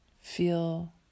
feel